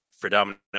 predominant